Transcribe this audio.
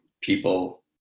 people